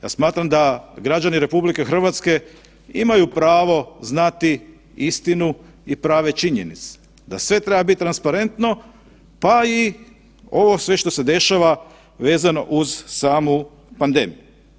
Ja smatram da građani RH imaju pravo znati istinu i prave činjenice, da sve treba biti transparentno pa i ovo sve što se dešava vezano uz samu pandemiju.